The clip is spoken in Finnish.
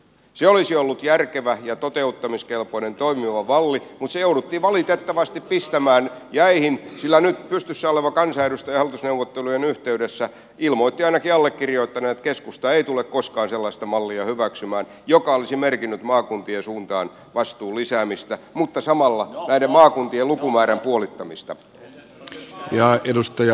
se olisi ollut järkevä ja toteuttamiskelpoinen toimiva malli mutta se jouduttiin valitettavasti pistämään jäihin sillä nyt pystyssä oleva kansanedustaja hallitusneuvottelujen yhteydessä ilmoitti ainakin allekirjoittaneelle että keskusta ei tule koskaan sellaista mallia hyväksymään joka olisi merkinnyt maakuntien suuntaan vastuun lisäämistä mutta samalla näiden maakuntien lukumäärän puolittamista